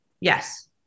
Yes